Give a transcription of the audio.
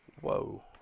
Whoa